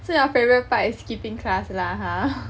so your favourite part is skipping class lah !huh!